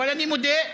אבל אני מודה,